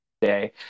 today